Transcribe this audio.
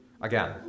Again